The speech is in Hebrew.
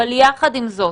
אבל יחד עם זאת